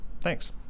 Thanks